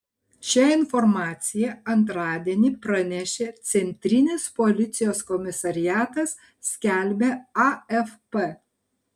šią informaciją antradienį pranešė centrinis policijos komisariatas skelbia afp